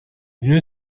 دونی